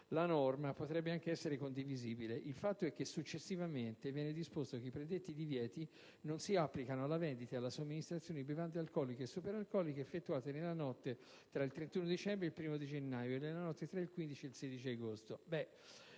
la norma potrebbe anche essere condivisibile, ma il fatto è che successivamente viene disposto che i predetti divieti non si applicano alla vendita e alla somministrazione di bevande alcoliche e superalcoliche effettuate nella notte tra il 31 dicembre ed il 1° gennaio e nella notte tra il 15 ed il 16 agosto.